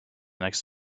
next